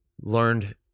learned